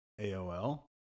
AOL